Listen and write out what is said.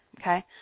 okay